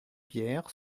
pierre